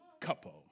couple